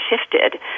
shifted